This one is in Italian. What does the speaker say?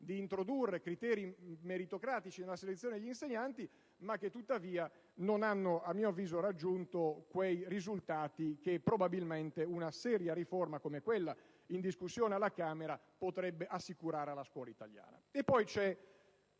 di introdurre criteri meritocratici nella formazione e selezione degli insegnanti, ma non hanno - a mio avviso - raggiunto quei risultati che probabilmente una seria riforma, come quella in discussione alla Camera dei deputati, potrebbe assicurare alla scuola italiana.